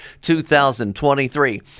2023